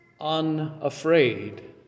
unafraid